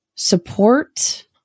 Support